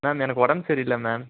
ma'am எனக்கு உடம்பு சரியில்லை மேம்